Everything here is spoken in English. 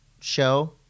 show